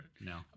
No